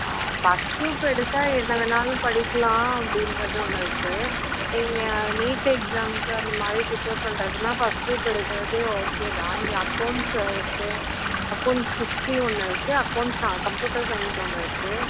ஆ first group எடுத்தால் என்ன வேணுனாலும் படிக்கலாம் அப்படின்றது ஒன்று இருக்குது நீங்கள் நீட் எக்ஸாமுக்கு அந்தமாதிரி ப்ரிப்பர் பண்ணுறதுன்னா ஃபஸ்ட் க்ரூப் எடுக்கிறதே ஓகே தான் இங்கே அக்கௌண்ட்ஸ் இருக்குது அக்கௌண்ட்ஸ் ஹிஸ்ட்ரி ஒன்று இருக்குது அக்கௌண்ட்ஸ் கம்ப்யூட்டர் சயின்ஸ் ஒன்று இருக்குது